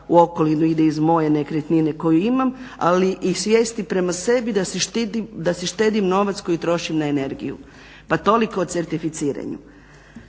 u okolinu ide iz moje nekretnine koju imam ali i svijesti prema sebi da si štedim novac koji trošim na energiju. Pa toliko o certificiranju.